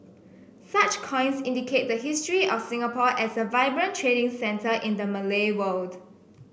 such coins indicate the history of Singapore as a vibrant trading centre in the Malay world